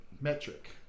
metric